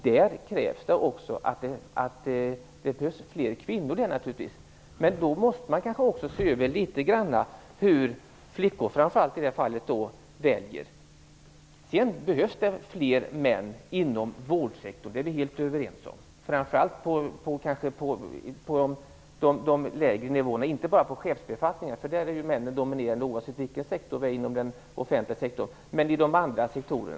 Där behövs det naturligtvis fler kvinnor, men då måste man kanske se över hur framför allt flickor i det här fallet väljer. Vi är helt överens om att det behövs fler män inom vårdsektorn - framför allt på de lägre nivåerna. De behövs alltså inte bara på chefsbefattningarna. Där är ju männen dominerande oavsett sektor.